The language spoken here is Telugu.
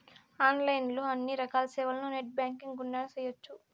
ఆన్లైన్ లో అన్ని రకాల సేవలను నెట్ బ్యాంకింగ్ గుండానే చేయ్యొచ్చు